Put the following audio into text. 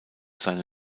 seine